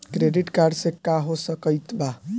Credit card से का हो सकइत बा?